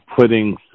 putting